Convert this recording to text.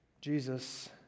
Jesus